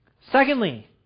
Secondly